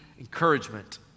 encouragement